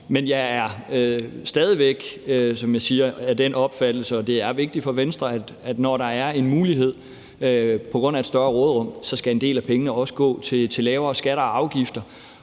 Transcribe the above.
som jeg siger, af den opfattelse, og det er vigtigt for Venstre, at når der er en mulighed på grund af et større råderum, så skal en del af pengene også gå til lavere skatter og afgifter.